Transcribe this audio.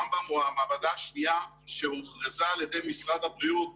רמב"ם הוא המעבדה השנייה שהוכרזה על ידי משרד הבריאות